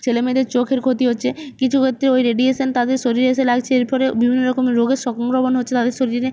ছেলে মেয়েদের চোখের ক্ষতি হচ্ছে কিছু ক্ষেত্রে ওই রেডিয়েশন তাদের শরীরে এসে লাগছে এর ফলে বিভিন্ন রকমের রোগের সংক্রমণ হচ্ছে তাদের শরীরে